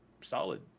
solid